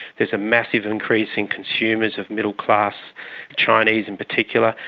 is a massive increase in consumers, of middle-class chinese in particular.